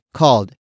called